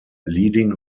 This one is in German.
leading